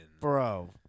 Bro